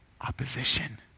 opposition